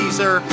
sir